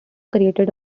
created